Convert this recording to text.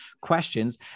questions